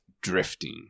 drifting